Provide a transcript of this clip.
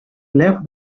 left